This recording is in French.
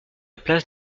place